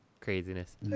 craziness